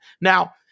now